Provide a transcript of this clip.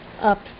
up